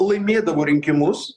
laimėdavo rinkimus